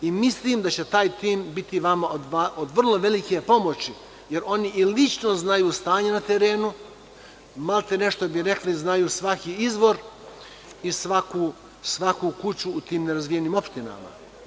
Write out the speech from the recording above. Mislim da će taj tim biti vama od vrlo velike pomoći, jer oni i lično znaju stanje na terenu, maltene direktno znaju i svaki izvor i svaku kuću u tim nerazvijenim opštinama.